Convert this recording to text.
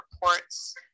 reports